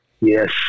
yes